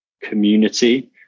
community